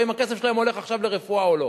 אם הכסף שלהם הולך עכשיו לרפואה או לא.